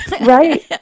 Right